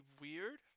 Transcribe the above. weird